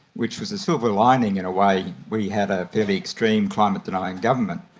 which was a silver lining in a way, we had a fairly extreme climate-denying government.